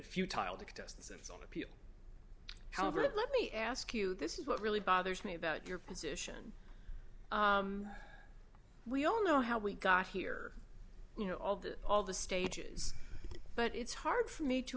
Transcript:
people however it let me ask you this is what really bothers me about your position c we all know how we got here you know all the all the stages but it's hard for me to